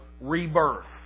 rebirth